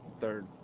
Third